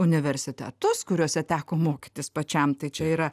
universitetus kuriuose teko mokytis pačiam tai čia yra